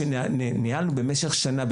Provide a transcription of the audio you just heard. שניהלנו במשך שנה,